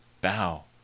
bow